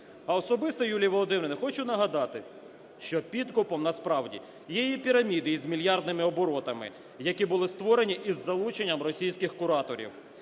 А особисто Юлії Володимирівні хочу нагадати, що підкупом насправді є її піраміди із мільярдними оборотами, які були створені із залученням російських кураторів.